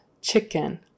Chicken